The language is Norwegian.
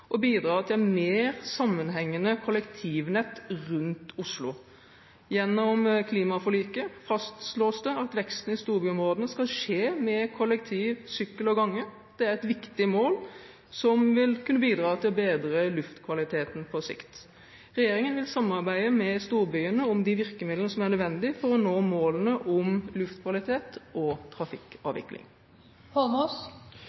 bidra til mer sammenhengende kollektivnett rundt Oslo. Gjennom klimaforliket fastslås det at veksten i storbyområdene skal skje med kollektiv, sykkel og gange. Det er et viktig mål som vil kunne bidra til å bedre luftkvaliteten på sikt. Regjeringen vil samarbeide med storbyene om de virkemidler som er nødvendige for å nå målene om luftkvalitet og